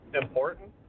important